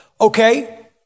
Okay